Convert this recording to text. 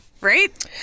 Right